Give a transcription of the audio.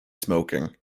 smoking